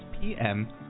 PM